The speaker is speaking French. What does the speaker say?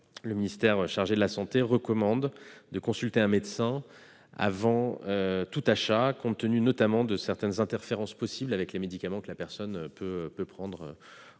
le ministère chargé de la santé recommande de consulter un médecin avant tout achat, compte tenu notamment de certaines interférences possibles avec les médicaments que la personne peut prendre en